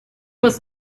was